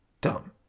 dumb